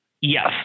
Yes